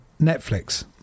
Netflix